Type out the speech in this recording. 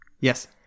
yes